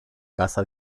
casa